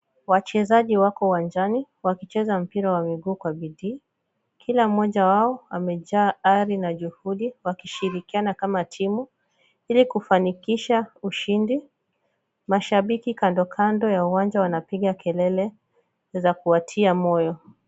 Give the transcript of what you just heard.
Wachezaji wako uwanjani wakicheza mpira wa mguu kwe bidii. Kila mmoja wao amejaa ari na juhudi wakishirikiana kama timu ili kufanikisha ushindi. Mashabiki kando kando ya uwanja wanapiga kelele za kuwatia moyo.